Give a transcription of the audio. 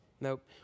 Nope